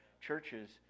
churches